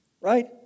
Right